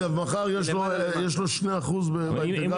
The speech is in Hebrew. ומחר יש לו 2% באינטגרציה השנייה.